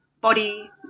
body